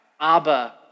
Abba